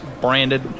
branded